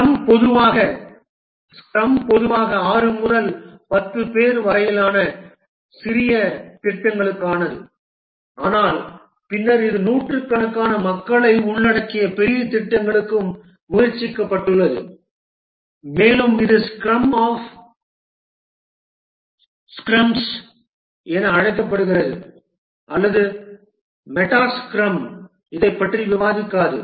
scrum பொதுவாக 6 முதல் 10 பேர் வரையிலான சிறிய திட்டங்களுக்கானது ஆனால் பின்னர் இது நூற்றுக்கணக்கான மக்களை உள்ளடக்கிய பெரிய திட்டங்களுக்கும் முயற்சிக்கப்பட்டுள்ளது மேலும் இது ஸ்க்ரம் ஆஃப் ஸ்க்ரம்ஸ் என அழைக்கப்படுகிறது அல்லது மெட்டா ஸ்க்ரம் இதைப் பற்றி விவாதிக்காது